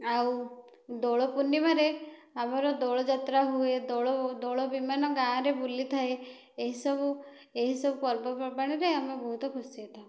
ଆଉ ଦୋଳପୂର୍ଣିମାରେ ଆମର ଦୋଳଯାତ୍ରା ହୁଏ ଦୋଳ ଦୋଳବିମାନ ଗାଁରେ ବୁଲିଥାଏ ଏହିସବୁ ଏହିସବୁ ପର୍ବପର୍ବାଣିରେ ଆମେ ବହୁତ ଖୁସି ହୋଇଥାଉ